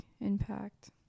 impact